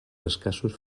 escassos